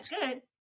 good